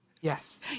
Yes